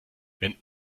wenn